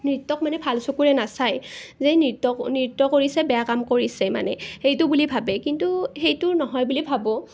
নৃত্যক মানে ভাল চকুৰে নাচায় যে নৃত্য নৃত্য কৰিছে বেয়া কাম কৰিছে মানে সেইটো বুলি ভাবে কিন্তু সেইটো নহয় বুলি ভাবোঁ